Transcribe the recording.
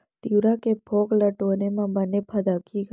तिंवरा के फोंक ल टोरे म बने फदकही का?